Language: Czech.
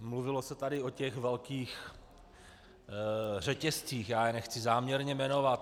Mluvilo se tady o těch velkých řetězcích, nechci je záměrně jmenovat.